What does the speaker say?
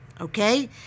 okay